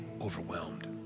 overwhelmed